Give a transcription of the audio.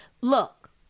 look